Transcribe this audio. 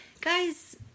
guys